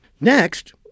Next